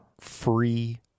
free